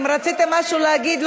אם רציתם משהו להגיד,